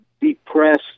depressed